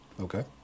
Okay